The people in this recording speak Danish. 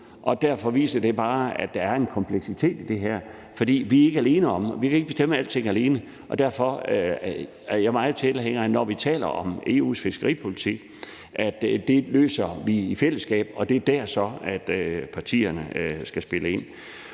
derfor viser det bare, at der er en kompleksitet i det her. Vi er ikke alene om det, vi kan ikke bestemme alting alene, og derfor er jeg meget tilhænger af, at vi, når vi taler om EU's fiskeripolitik, finder løsninger i fællesskab, og det er så dér, partierne skal spille ind.